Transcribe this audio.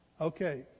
Okay